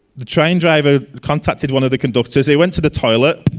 the train driver contacted one of the conductors. they went to the toilet,